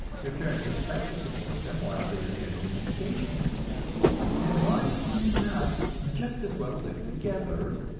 their parents expect to support them while they are getting an education and why can they not just as well live together,